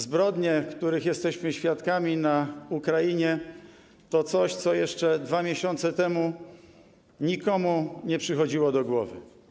Zbrodnie, których jesteśmy świadkami na Ukrainie, to coś, co jeszcze 2 miesiące temu nikomu nie przychodziło do głowy.